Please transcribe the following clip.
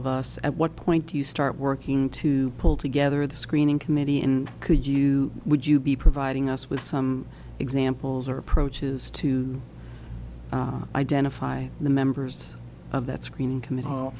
of us at what point do you start working to pull together the screening committee and could you would you be providing us with some examples or approaches to identify the members of that screening com